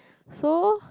so